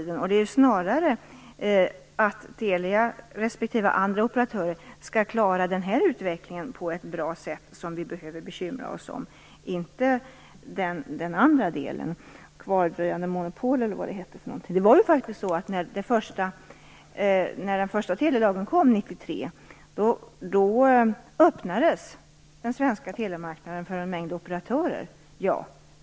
Det är snarare för att Telia och andra operatörer skall klara den utvecklingen på ett bra sätt som vi behöver bekymra oss - inte för den andra delen, "kvardröjande monopol" eller vad det hette. När den första telelagen kom 1993, öppnades den svenska telemarknaden för en mängd operatörer.